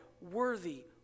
worthy